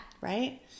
Right